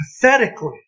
pathetically